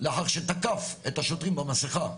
לאחר שתקף את השוטרים במסכה,